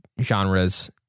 genres